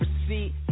receipt